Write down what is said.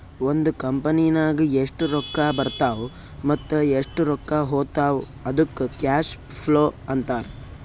ಒಂದ್ ಕಂಪನಿನಾಗ್ ಎಷ್ಟ್ ರೊಕ್ಕಾ ಬರ್ತಾವ್ ಮತ್ತ ಎಷ್ಟ್ ರೊಕ್ಕಾ ಹೊತ್ತಾವ್ ಅದ್ದುಕ್ ಕ್ಯಾಶ್ ಫ್ಲೋ ಅಂತಾರ್